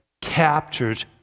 captures